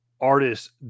artists